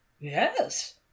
Yes